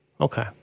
Okay